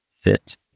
fit